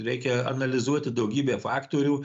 reikia analizuoti daugybę faktorių